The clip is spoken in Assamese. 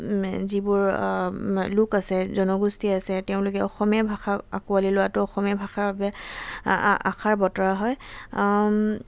যিবোৰ লোক আছে জনগোষ্ঠী আছে তেওঁলোকে অসমীয়া ভাষা আঁকোৱালি লোৱাটো অসমীয়া ভাষাৰ বাবে আশাৰ বতৰা হয়